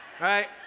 right